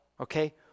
Okay